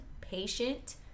patient